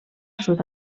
sud